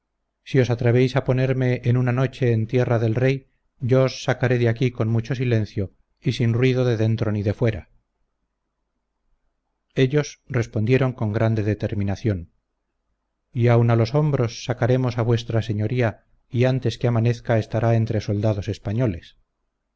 si os atrevéis a ponerme en una noche en tierra del rey yo os sacaré de aquí con mucho silencio y sin ruido de dentro ni de fuera ellos respondieron con grande determinación y aun a los hombros sacaremos a v s y antes que amanezca estará entre soldados españoles